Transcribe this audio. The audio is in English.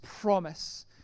promise